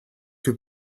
que